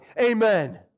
amen